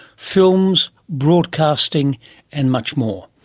films, broadcasting and much more.